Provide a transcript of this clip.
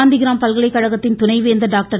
காந்திகிராம் பல்கலைக்கழகத்தின் துணைவேந்தர் டாக்டர்